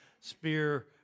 spear